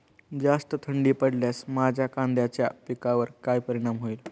जास्त थंडी पडल्यास माझ्या कांद्याच्या पिकावर काय परिणाम होईल?